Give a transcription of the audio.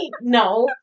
no